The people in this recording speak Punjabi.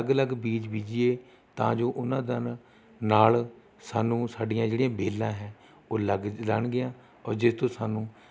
ਅਲੱਗ ਅਲੱਗ ਬੀਜ ਬੀਜੀਏ ਤਾਂ ਜੋ ਉਹਨਾਂ ਦਨ ਨਾਲ ਸਾਨੂੰ ਸਾਡੀਆਂ ਜਿਹੜੀਆਂ ਵੇਲਾਂ ਹੈ ਉਹ ਲੱਗ ਜਾਣਗੀਆਂ ਔਰ ਜਿਸ ਤੋਂ ਸਾਨੂੰ